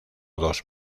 dos